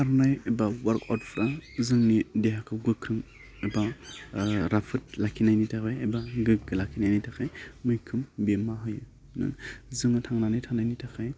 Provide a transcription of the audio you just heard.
खारनाय एबा अवार्कआउटफ्रा जोंनि देहाखौ गोख्रों एबा राफोद लाखिनायनि थाखाय एबा गोग्गो लाखिनायनि थाखाय मैखोम बिहोमा होयो जोङो थांनानै थानायनि थाखाय